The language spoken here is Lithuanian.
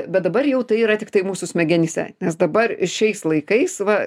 bet dabar jau tai yra tiktai mūsų smegenyse nes dabar šiais laikais va